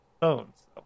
phones